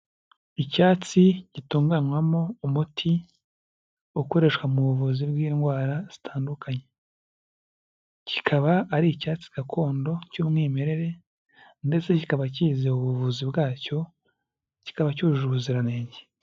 Icyatsi gitunganywamo umuti ukoreshwa mu buvuzi bw'indwara zitandukanye, kikaba ari icyatsi gakondo cy'umwimerere ndetse kikaba kizewe ubuvuzi bwacyo, kikaba cyujuje ubuziranenge.